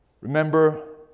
Remember